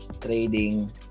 trading